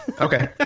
Okay